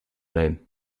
name